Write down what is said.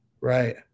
Right